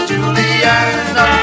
Juliana